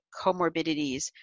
comorbidities